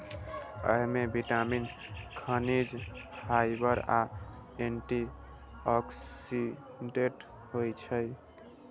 अय मे विटामिन, खनिज, फाइबर आ एंटी ऑक्सीडेंट होइ छै